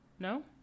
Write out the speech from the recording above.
No